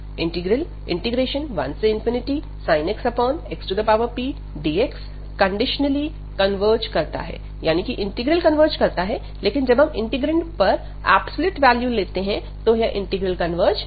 integral 1sin x xpdx conditionally converge करता है यानी कि इंटीग्रल कन्वर्ज करता है लेकिन जब हम इंटीग्रैंड पर एब्सोल्यूट वैल्यू लेते हैं तो यह इंटीग्रल कन्वर्ज नहीं करता